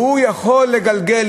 והוא יכול לגלגל,